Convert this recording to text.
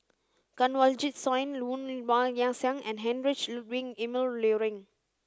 Kanwaljit Soin Woon Wah Siang and Heinrich Ludwig Emil Luering